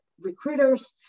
recruiters